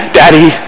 daddy